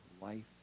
life